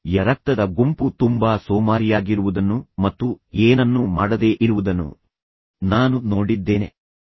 A ರಕ್ತದ ಗುಂಪು ತುಂಬಾ ಸೋಮಾರಿಯಾಗಿರುವುದನ್ನು ತುಂಬಾ ಶಾಂತವಾಗಿರುವುದನ್ನು ಮತ್ತು ಏನನ್ನೂ ಮಾಡದೇ ಇರುವುದನ್ನು ನಾನು ನೋಡಿದ್ದೇನೆ ಎಂದು ಹೇಳುತ್ತೇನೆ